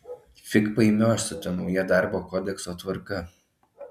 fig paimioš su ta nauja darbo kodekso tvarka